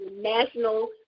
national